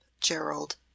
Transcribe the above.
Gerald